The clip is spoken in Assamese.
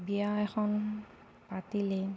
বিয়া এখন পাতিলে